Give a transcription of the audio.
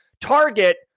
Target